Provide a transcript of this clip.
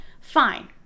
Fine